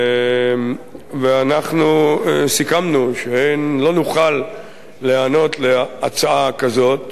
ואנחנו סיכמנו שלא נוכל להיענות להצעה כזאת